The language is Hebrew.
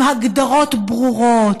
עם הגדרות ברורות,